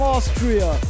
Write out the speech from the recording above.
Austria